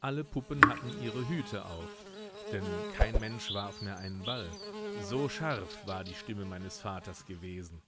alle puppen hatten ihre hüte auf denn kein mensch warf mehr einen ball so scharf war die stimme meines vaters gewesen